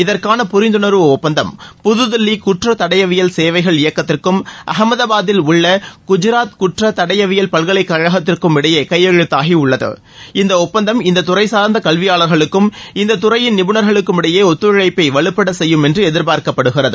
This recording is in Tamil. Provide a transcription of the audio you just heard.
இதற்கான புரிந்துணர்வு ஒப்பந்தம் புதுதில்லி குற்ற தடயவியல் சேவைகள் இயக்ககத்திற்கும் அகமதாபாதில் உள்ள குஜராத் குற்ற தடயவியல் பல்கலைக்கழகத்திற்கும் இடையே கையெழுத்தாகி உள்ளது இந்த ஒப்பந்தம் இந்த துறைச்சார்ந்த கல்விபாளர்களுக்கும் இந்தத்துறையின் நிபுனர்களுக்கும் இடையே ஒத்துழைப்பை வலுப்பட செய்யும் என்று எதிர்பார்க்கப்படுகிறது